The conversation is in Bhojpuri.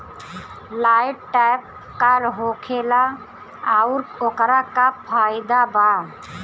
लाइट ट्रैप का होखेला आउर ओकर का फाइदा बा?